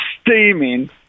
steaming